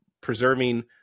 preserving